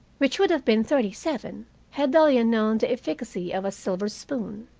which would have been thirty-seven had delia known the efficacy of a silver spoon.